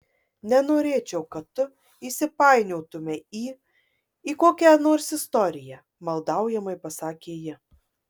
nenorėčiau kad tu įsipainiotumei į į kokią nors istoriją maldaujamai pasakė ji